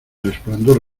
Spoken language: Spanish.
resplandor